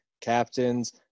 captains